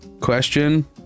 Question